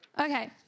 Okay